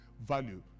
value